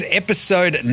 episode